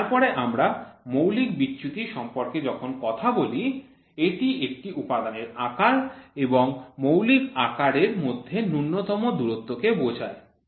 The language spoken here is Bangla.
তারপরে আমরা মৌলিক বিচ্যুতি সম্পর্কে যখন কথা বলি এটি একটি উপাদানের আকার এবং মৌলিক আকারের মধ্যে নূন্যতম দূরত্ব কে বোঝার